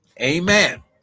Amen